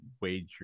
wager